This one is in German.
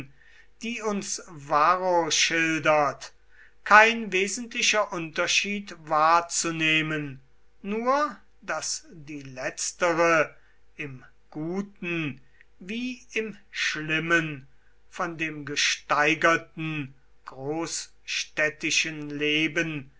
die uns varro schildert kein wesentlicher unterschied wahrzunehmen nur daß die letztere im guten wie im schlimmen von dem gesteigerten großstädtischen leben